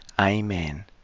Amen